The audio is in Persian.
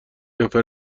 نفر